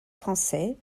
français